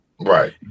Right